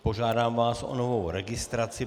Požádám vás o novou registraci.